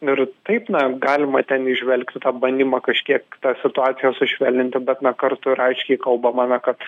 ir taip na galima ten įžvelgti tą bandymą kažkiek tą situaciją sušvelninti bet na kartu ir aiškiai kalbamama na kad